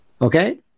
Okay